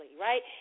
right